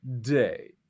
day